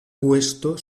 puesto